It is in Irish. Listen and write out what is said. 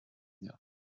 inniu